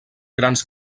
grans